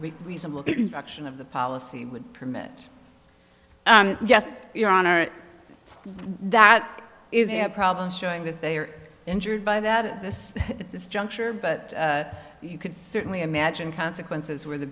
reasonable action of the policy would permit just your honor that is their problem showing that they are injured by that this at this juncture but you could certainly imagine consequences where the